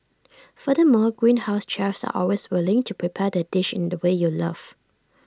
furthermore Greenhouse's chefs are always willing to prepare the dish in the way you love